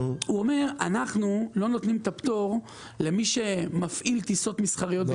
הוא אומר: אנחנו לא נותנים פטור למי שמפעיל טיסות מסחריות בכסף,